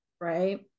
right